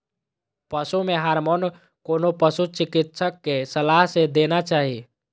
पशु मे हार्मोन कोनो पशु चिकित्सक के सलाह सं देना चाही